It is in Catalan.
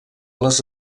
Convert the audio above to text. les